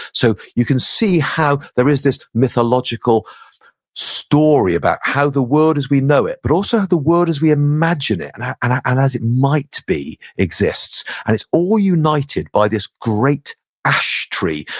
so you can see how there is this mythological story about how the world as we know it, but also how the world as we imagine it and and as it might be, exists. and it's all united by this great ash tree.